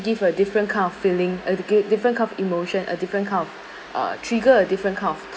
give a different kind of feeling a different of emotion a different kind of uh trigger a different kind of